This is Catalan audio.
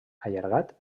allargat